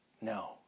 No